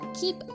keep